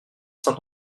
saint